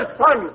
son